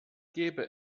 gäbe